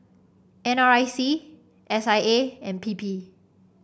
N R I C S I A and P P